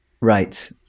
Right